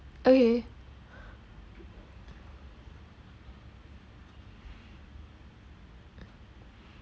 okay